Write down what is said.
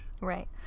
Right